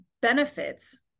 benefits